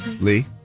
Lee